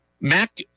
Mac